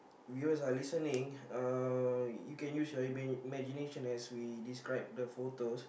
viewers are listening uh you can use your ima~ imaginations as we describe the photos